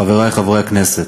חברי חברי הכנסת,